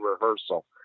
rehearsal